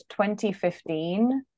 2015